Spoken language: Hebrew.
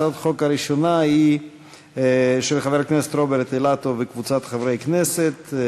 הצעת החוק הראשונה היא של חבר הכנסת רוברט אילטוב וקבוצת חברי כנסת,